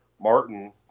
Martin